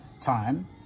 time